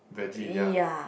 vege ya